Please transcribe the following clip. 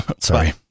Sorry